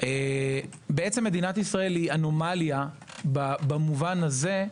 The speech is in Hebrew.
מדינת ישראל היא אנומליה במובן הזה,